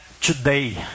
today